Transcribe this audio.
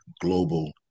global